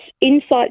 insights